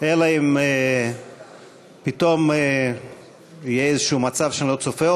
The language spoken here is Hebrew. אם לא יהיה פתאום איזה מצב שאני לא צופה,